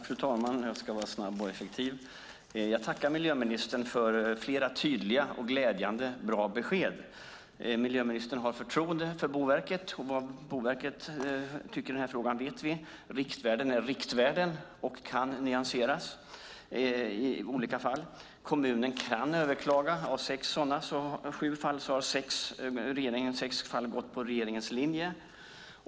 Fru talman! Jag tackar miljöministern för flera tydliga, glädjande och bra besked. Miljöministern har förtroende för Boverket, och vad Boverket tycker i den här frågan vet vi. Riktvärden är riktvärden och kan nyanseras i olika fall. Kommunen kan överklaga och av sju sådana fall har sex fall gått på regeringens linje.